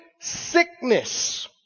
sickness